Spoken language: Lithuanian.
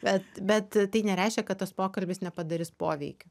bet bet tai nereiškia kad tas pokalbis nepadarys poveikio